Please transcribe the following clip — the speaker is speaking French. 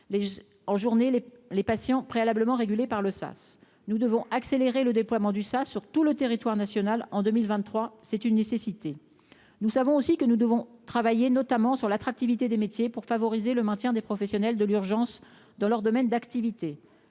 en journée les les patients préalablement régulé par le sas, nous devons accélérer le déploiement du ça sur tout le territoire national en 2023, c'est une nécessité, nous savons aussi que nous devons travailler notamment sur l'attractivité des métiers pour favoriser le maintien des professionnels de l'urgence dans leur domaine d'activité,